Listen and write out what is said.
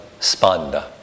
spanda